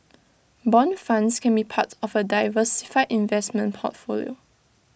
Bond funds can be part of A diversified investment portfolio